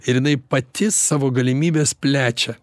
ir jinai pati savo galimybes plečia